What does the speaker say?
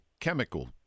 chemical